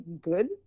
good